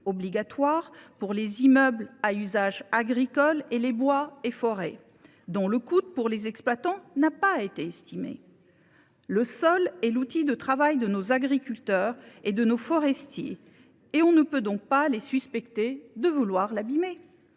obligatoire pour les immeubles à usage agricole et les bois et forêts, dont le coût pour les exploitants n’a pas été estimé. Le sol est l’outil de travail de nos agriculteurs et de nos forestiers : comment les suspecter de vouloir l’abîmer